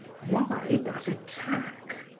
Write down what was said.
why that attack?